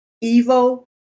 evil